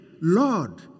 Lord